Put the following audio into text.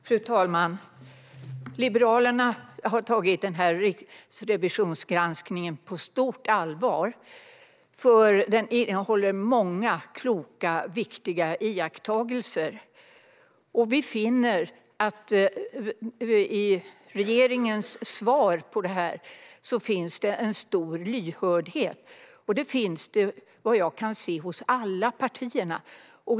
Fru talman! Liberalerna har tagit Riksrevisionens granskning på stort allvar. Den innehåller många kloka och viktiga iakttagelser. Vi finner att det i regeringens svar på detta finns en stor lyhördhet. Såvitt jag kan se finns denna lyhördhet hos alla partier.